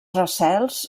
recels